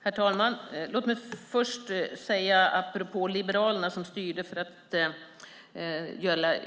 Herr talman! Låt mig först säga något apropå liberalerna som styrde för att